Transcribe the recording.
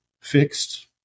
fixed